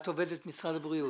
את עובדת משרד הבריאות.